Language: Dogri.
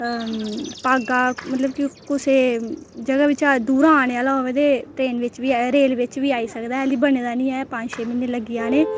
भागा मतलब की कुसै जगह दूरा आने आह्ला होऐ ते ट्रेन बिच आया रेल बिच बी आई सकदा हाल्ली बने दा निं ऐ पंज छे म्हीने लग्गी जाने